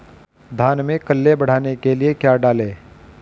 धान में कल्ले बढ़ाने के लिए क्या डालें?